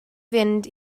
fynd